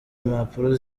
impapuro